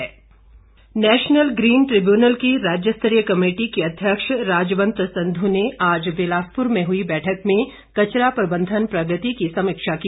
NGT national green tribunal की राज्य स्तरीय कमेटी की अध्यक्ष राजवंत संधू ने आज बिलासपुर में हुई बैठक में कचरा प्रबंधन प्रगति की समीक्षा की